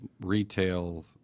retail –